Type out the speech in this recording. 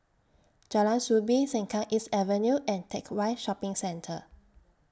Jalan Soo Bee Sengkang East Avenue and Teck Whye Shopping Centre